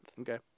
Okay